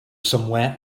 somewhere